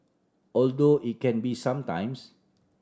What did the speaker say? although it can be some times